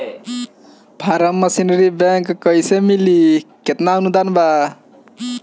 Form machinery bank कैसे मिली कितना अनुदान बा?